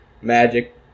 Magic